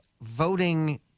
voting